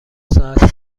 ساعت